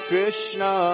Krishna